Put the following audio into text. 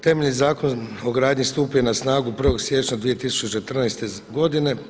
Temeljni zakon o gradnji stupio je na snagu 1. siječnja 2014. godine.